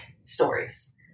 stories